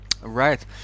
Right